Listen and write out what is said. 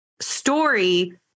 story